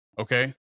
Okay